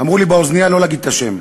אמרו לי באוזנייה לא להגיד את השם.